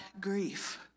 grief